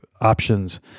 options